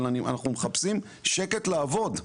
אבל אנחנו מחפשים שקט כדי לעבוד.